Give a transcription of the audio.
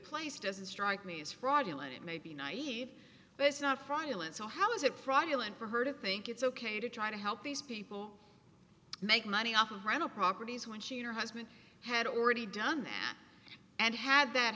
place doesn't strike me as fraudulent it may be naive but it's not fraudulent so how is it fraudulent for her to think it's ok to try to help these people make money off of rental properties when she and her husband had already done that and had that